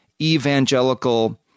evangelical